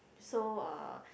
so uh